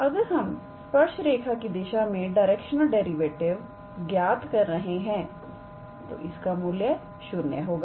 अगर हम स्पर्श रेखा की दिशा में डायरेक्शनल डेरिवेटिव ज्ञात कर रहे हैं तो इसका मूल्य 0 होगा